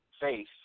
Faith